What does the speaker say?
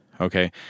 Okay